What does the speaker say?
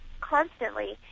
constantly